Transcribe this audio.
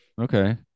okay